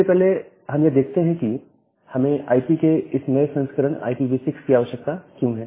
सबसे पहले हम यह देखते हैं कि हमें आई पी के इस नए संस्करण IPv6 की आवश्यकता क्यों है